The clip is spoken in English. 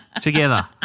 together